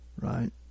right